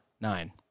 nine